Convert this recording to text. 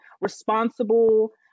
responsible